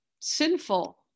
sinful